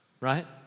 right